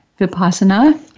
Vipassana